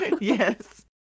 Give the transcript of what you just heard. Yes